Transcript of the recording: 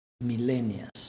millennia